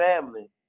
family